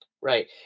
Right